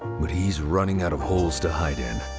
but he's running out of holes to hide in.